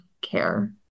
care